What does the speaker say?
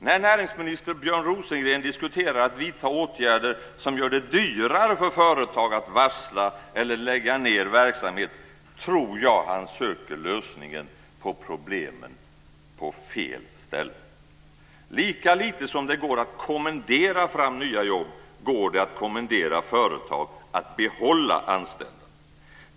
När näringsminister Björn Rosengren diskuterar att vidta åtgärder som gör det dyrare för företag att varsla eller lägga ned verksamhet tror jag att han söker lösningen på problemen på fel ställe. Lika lite som det går att kommendera fram nya jobb går det att kommendera företag att behålla sina anställda.